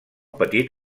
petit